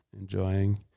enjoying